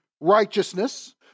righteousness